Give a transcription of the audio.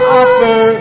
offer